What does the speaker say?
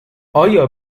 آیا